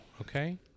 Okay